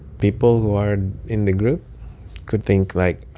people who are in the group could think, like, oh,